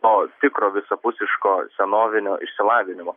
to tikro visapusiško senovinio išsilavinimo